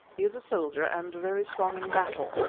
he is a soldier and very strong in battle.